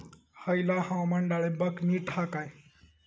हयला हवामान डाळींबाक नीट हा काय?